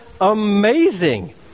amazing